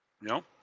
No